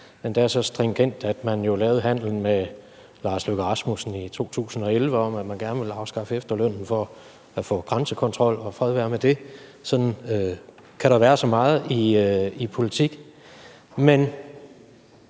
endda så stringent, at man lavede handelen med Lars Løkke Rasmussen i 2011 om, at man gerne ville afskaffe efterlønnen for at få grænsekontrol, og fred være med det. Sådan kan der være så meget i politik. Men